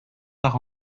par